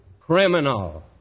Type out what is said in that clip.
criminal